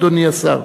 אדוני השר.